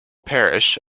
parish